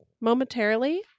momentarily